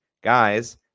Guys